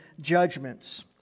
judgments